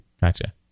Gotcha